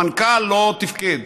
המנכ"ל לא תפקד.